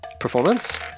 performance